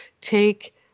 take